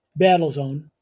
Battlezone